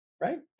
right